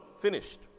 finished